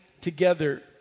together